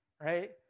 right